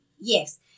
Yes